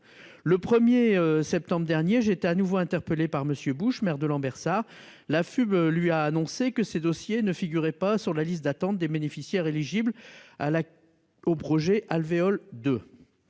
le 1er septembre dernier, j'étais à nouveau interpellé par monsieur Bush, maire de Lambersart l'AFUB lui a annoncé que ces dossiers ne figurait pas sur la liste d'attente des bénéficiaires éligibles à la au projet alvéoles